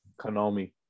Konami